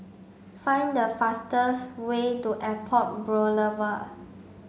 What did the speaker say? find the fastest way to Airport Boulevard